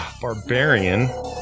Barbarian